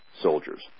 soldiers